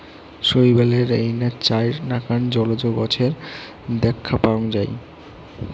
শৈবালের এইনা চাইর নাকান জলজ গছের দ্যাখ্যা পাওয়াং যাই